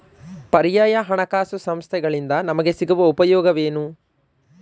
ಪರ್ಯಾಯ ಹಣಕಾಸು ಸಂಸ್ಥೆಗಳಿಂದ ನಮಗೆ ಸಿಗುವ ಉಪಯೋಗವೇನು?